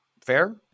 Fair